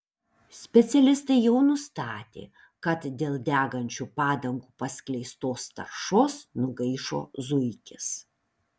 specialistai jau nustatė kad dėl degančių padangų paskleistos taršos nugaišo zuikis